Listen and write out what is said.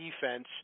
defense